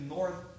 North